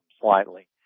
slightly